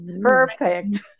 Perfect